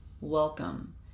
Welcome